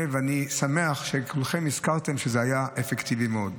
ואני שמח שכולכם הזכרתם שזה היה אפקטיבי מאוד.